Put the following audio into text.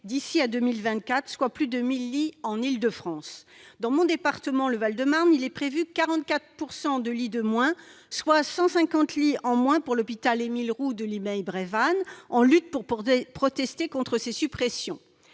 d'ici à 2024, soit plus de 1 000 lits en Île-de-France. Dans mon département, le Val-de-Marne, il est prévu 44 % de lits en moins, soit 150 lits en moins pour l'hôpital Émile-Roux de Limeil-Brévannes, en lutte pour protester contre ces suppressions.